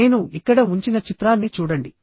నేను ఇక్కడ ఉంచిన చిత్రాన్ని చూడండి